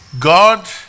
God